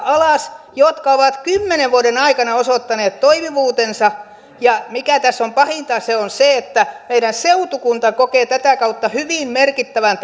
alas jotka ovat kymmenen vuoden aikana osoittaneet toimivuutensa ja se mikä tässä on pahinta on se että meidän seutukuntamme kokee tätä kautta hyvin merkittävän